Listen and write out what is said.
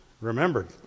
Remembered